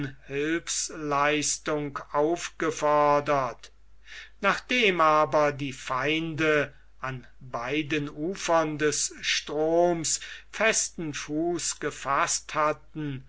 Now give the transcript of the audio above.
hilfsleistung aufgefordert nachdem aber die feinde an beiden ufern des stroms festen fuß gefaßt hatten